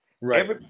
Right